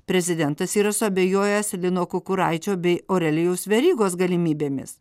prezidentas yra suabejojęs lino kukuraičio bei aurelijaus verygos galimybėmis